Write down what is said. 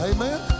Amen